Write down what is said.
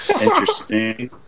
Interesting